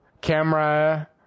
camera